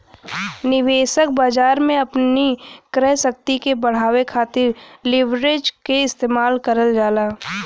निवेशक बाजार में अपनी क्रय शक्ति के बढ़ावे खातिर लीवरेज क इस्तेमाल करल जाला